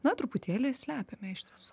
na truputėlį slepiame iš tiesų